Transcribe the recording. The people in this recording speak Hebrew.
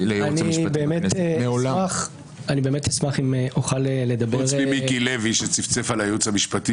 כשאני לא מציג דברי הסבר,